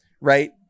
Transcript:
right